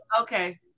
Okay